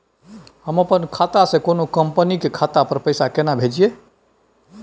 हम अपन खाता से कोनो कंपनी के खाता पर पैसा केना भेजिए?